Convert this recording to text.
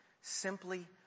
simply